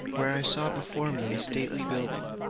where i saw before me a stately building,